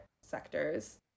sectors